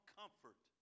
comfort